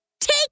take